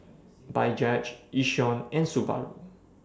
Bajaj Yishion and Subaru